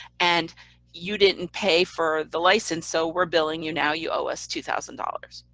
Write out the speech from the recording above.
and you didn't and pay for the license, so we're billing you, now you owe us two thousand dollars.